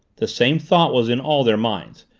the same thought was in all their minds,